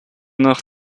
nach